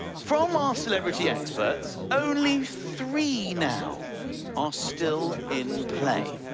from our celebrity experts, only three now are still in play.